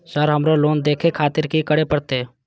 Sir हमरो loan देखें खातिर की करें परतें?